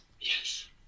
yes